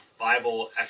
Bible